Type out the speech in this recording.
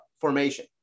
formation